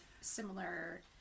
similar